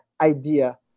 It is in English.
idea